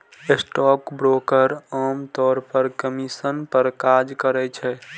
stockbroker आम तौर पर कमीशन पर काज करै छै